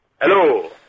Hello